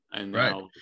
Right